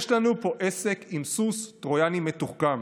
יש לנו פה עסק עם סוס טרויאני מתוחכם.